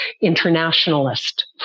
internationalist